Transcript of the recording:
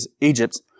Egypt